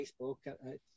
Facebook